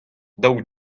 daou